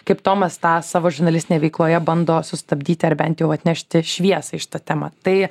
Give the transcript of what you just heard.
kaip tomas tą savo žurnalistinėj veikloje bando sustabdyti ar bent jau atnešti šviesą į šitą temą tai